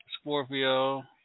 Scorpio